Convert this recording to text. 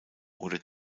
oder